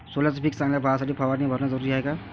सोल्याचं पिक चांगलं व्हासाठी फवारणी भरनं जरुरी हाये का?